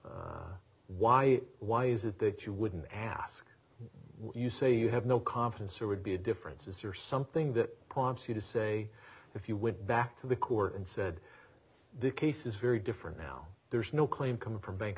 is why why is it that you wouldn't ask you say you have no confidence or would be a difference is there something that prompts you to say if you went back to the court and said the case is very different now there's no claim come from bank